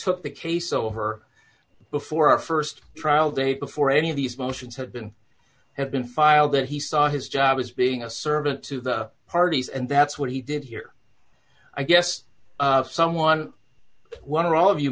took the case over before our st trial date before any of these motions have been have been filed that he saw his job as being a servant to the parties and that's what he did here i guess someone one or all of you